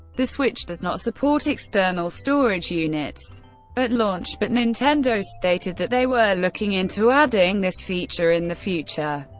the switch does not support external storage units at but launch, but nintendo stated that they were looking into adding this feature in the future.